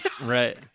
Right